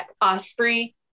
Osprey